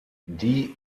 die